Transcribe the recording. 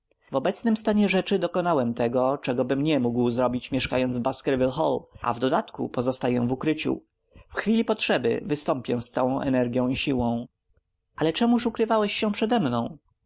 w obecnym stanie rzeczy dokonałem tego czegobym nie mógł zrobić mieszkając w baskerville hall a w dodatku pozostaję w ukryciu w chwili potrzeby wystąpię z całą energią i siłą ale czemuż ukrywałeś się przedemną bo